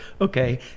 okay